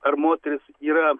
ar moteris yra